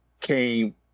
came